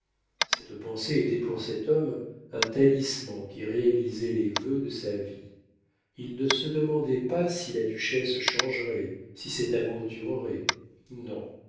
cette pensée était pour cet homme un talisman qui réalisait les vœux de sa vie il ne se demandait pas si la duchesse changerait si cet amour durerait non